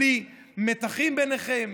בלי מתחים ביניכם.